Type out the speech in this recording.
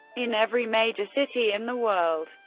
in every major city in the world.